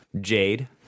Jade